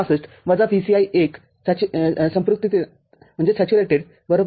६५ - VCE1 ०